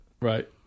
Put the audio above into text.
Right